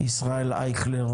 ישראל אייכלר,